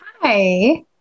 Hi